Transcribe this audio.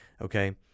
Okay